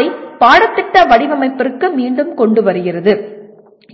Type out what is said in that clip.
அதை பாடத்திட்ட வடிவமைப்பிற்கு மீண்டும் கொண்டு வருகிறது